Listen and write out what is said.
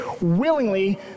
willingly